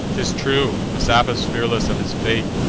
t is true, messapus, fearless of his fate,